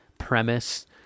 premise